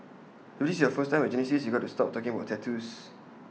if this is your first time at Genesis you've got to stop talking about tattoos